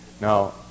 Now